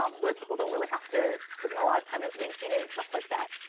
um where people don't really have to put in a lot of time to maintain it and stuff like that.